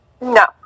No